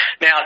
Now